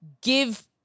give